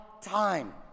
time